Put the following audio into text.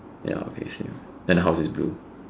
ya okay same that house is blue